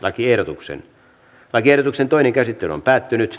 lakiehdotuksen toinen käsittely päättyi